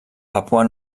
papua